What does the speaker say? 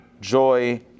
Joy